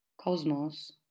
Cosmos